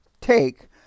take